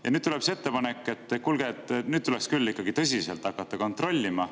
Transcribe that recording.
Siis tuleb see ettepanek: "Kuulge, nüüd tuleks küll tõsiselt hakata kontrollima